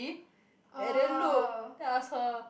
and then look then I ask her